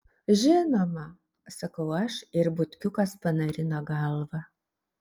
žinoma sakau aš ir butkiukas panarina galvą